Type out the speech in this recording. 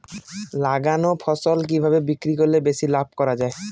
লাগানো ফসল কিভাবে বিক্রি করলে বেশি লাভ করা যায়?